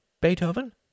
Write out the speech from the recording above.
Beethoven